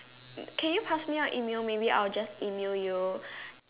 can you pass me out email maybe I will just email you